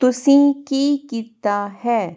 ਤੁਸੀਂ ਕੀ ਕੀਤਾ ਹੈ